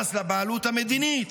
ביחס לבעלות המדינית.